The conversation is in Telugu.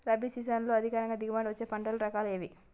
రబీ సీజన్లో అధిక దిగుబడి వచ్చే పంటల రకాలు ఏవి?